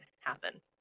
happen